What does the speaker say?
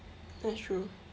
that's true